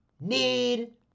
need